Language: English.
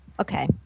okay